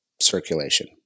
circulation